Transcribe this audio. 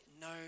no